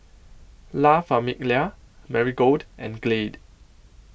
La Famiglia Marigold and Glade